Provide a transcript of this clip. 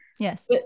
Yes